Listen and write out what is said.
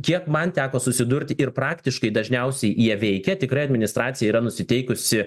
kiek man teko susidurti ir praktiškai dažniausiai jie veikia tikrai administracija yra nusiteikusi